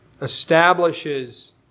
establishes